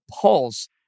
Pulse